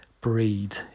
breed